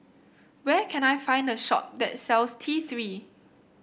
where can I find a shop that sells T Three